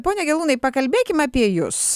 pone gelūnai pakalbėkim apie jus